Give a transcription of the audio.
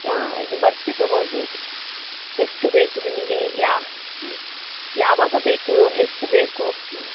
ಇದು ಬರ್ಫಿ ತೊಗೊಳ್ಬೋದು ಎಷ್ಟು ಬೇಕು ನಿಮಗೆ ಯಾವ ಯಾವಾಗ ಬೇಕು ಎಷ್ಟು ಬೇಕು